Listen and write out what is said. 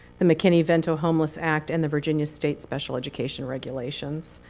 the mckinney-vento homeless act, and the virginia state special education regulations.